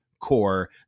core